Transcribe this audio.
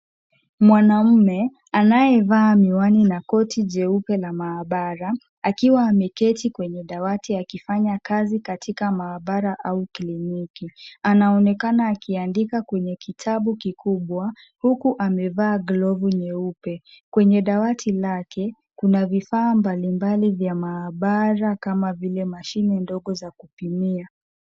Mwanaume anayevaa miwani na koti jeupe la maabara akiwa ameketi kwenye dawati akifanya kazi katika maabara au kliniki. Anaonekana akiandika kwenye kitabu kikubwa huku amevaa glovu nyeupe. Kwenye dawati lake kuna vifaa mbalimbali vya maabara kama vile mashine ndogo za kupimia.